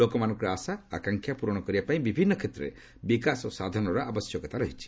ଲୋକମାନଙ୍କର ଆଶା ଆକାଂକ୍ଷା ପ୍ରରଣ କରିବାପାଇଁ ବିଭିନ୍ନ କ୍ଷେତ୍ରରେ ବିକାଶ ସାଧନର ଆବଶ୍ୟକତା ରହିଛି